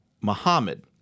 Muhammad